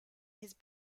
his